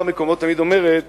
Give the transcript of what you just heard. בכמה מקומות תמיד אומרת